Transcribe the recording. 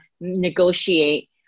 negotiate